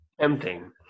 Tempting